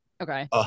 Okay